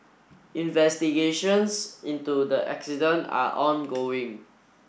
investigations into the are ongoing